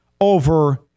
over